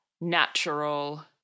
natural